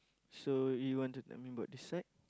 so you want to tell me about this side